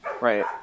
right